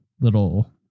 little